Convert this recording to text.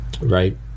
Right